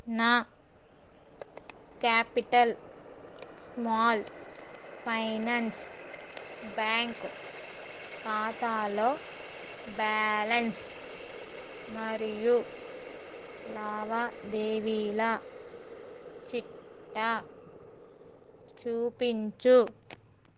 నా capital small finance bank ఖాతాలో balance మరియు లావాదేవీల చిట్టా చూపించు